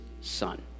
son